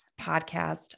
podcast